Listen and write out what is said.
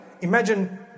Imagine